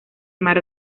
mar